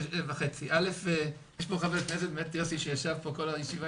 יש פה חבר כנסת, יוסי, שישב פה כל הישיבה.